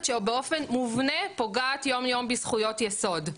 שבאופן מובנה פוגעת יום יום בזכויות יסוד.